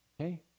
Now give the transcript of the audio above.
Okay